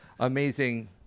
Amazing